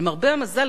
למרבה המזל,